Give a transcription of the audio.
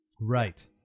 right